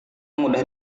mudah